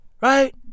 Right